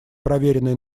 проверенная